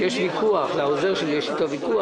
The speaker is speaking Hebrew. ירים את ידו.